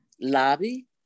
lobby